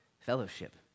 fellowship